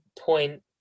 point